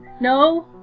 No